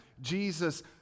Jesus